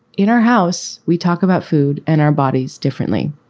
in our house, we talk about food and our bodies differently.